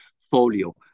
folio